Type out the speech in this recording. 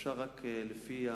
אפשר רק לפי,